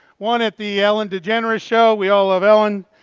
one at the ellen degeneres show. we all love ellen.